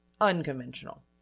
unconventional